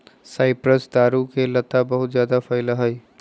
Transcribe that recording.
cypress दारू के लता बहुत जादा फैला हई